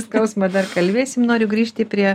skausmą dar kalbėsim noriu grįžti prie